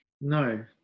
no